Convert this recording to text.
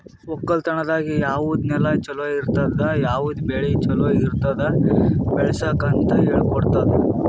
ಒಕ್ಕಲತನದಾಗ್ ಯಾವುದ್ ನೆಲ ಛಲೋ ಇರ್ತುದ, ಯಾವುದ್ ಬೆಳಿ ಛಲೋ ಇರ್ತುದ್ ಬೆಳಸುಕ್ ಅಂತ್ ಹೇಳ್ಕೊಡತ್ತುದ್